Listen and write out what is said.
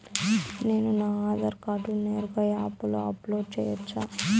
నేను నా ఆధార్ కార్డును నేరుగా యాప్ లో అప్లోడ్ సేయొచ్చా?